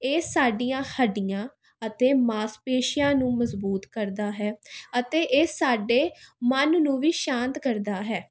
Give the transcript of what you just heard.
ਇਹ ਸਾਡੀਆਂ ਹੱਡੀਆਂ ਅਤੇ ਮਾਸਪੇਸ਼ੀਆਂ ਨੂੰ ਮਜ਼ਬੂਤ ਕਰਦਾ ਹੈ ਅਤੇ ਇਹ ਸਾਡੇ ਮਨ ਨੂੰ ਵੀ ਸ਼ਾਂਤ ਕਰਦਾ ਹੈ